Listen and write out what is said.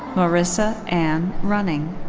marissa ann running.